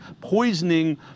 poisoning